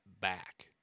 back